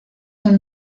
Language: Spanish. son